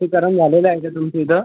लसीकरण झालेलं आहे का तुमचं इथं